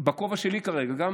בכובע שלי כרגע,